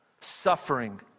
suffering